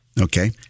Okay